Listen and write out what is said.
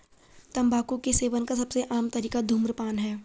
तम्बाकू के सेवन का सबसे आम तरीका धूम्रपान है